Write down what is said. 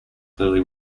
clearly